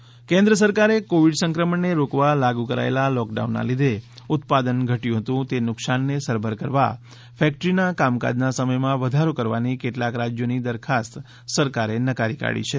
factory કેન્ક્ર કેન્દ્ર સરકારે કોવિડ સંક્રમણને રોકવા લાગુ કરાચેલા લોંકડાઉનના લીઘે ઉત્પાદન ઘટ્યું હતું તે નુકસાનને સરભર કરવા ફેક્ટરીના કામકાજના સમયમાં વધારો કરવાની કેટલાક રાજ્યોની દરખાસ્ત નકારી કાઢી છે